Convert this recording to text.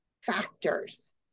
factors